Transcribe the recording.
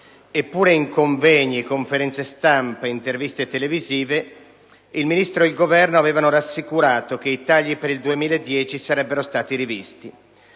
Eppure, in convegni, conferenze stampe e interviste televisive, il Ministro e il Governo avevano rassicurato che i tagli per il 2010 sarebbero stati rivisti.